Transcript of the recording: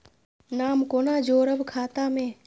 नाम कोना जोरब खाता मे